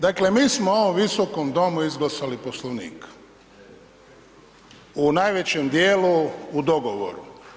Dakle, mi smo u ovom Visokom domu izglasali Poslovnik, u najvećem dijelu u dogovoru.